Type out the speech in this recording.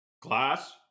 Class